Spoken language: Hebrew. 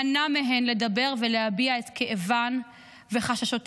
מנע מהן לדבר ולהביע את כאבן וחששותיהן.